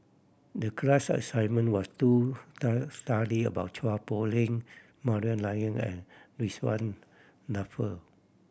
the class assignment was to study about Chua Poh Leng Maria Dyer and Ridzwan Dzafir